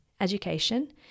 education